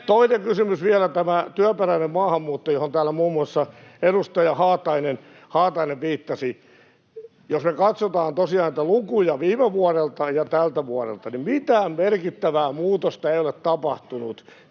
Toinen kysymys vielä on tämä työperäinen maahanmuutto, johon täällä muun muassa edustaja Haatainen viittasi. [Niina Malm: Paikallinen sopiminen!] Jos me katsotaan tosiaan niitä lukuja viime vuodelta ja tältä vuodelta, niin mitään merkittävää muutosta ei ole tapahtunut.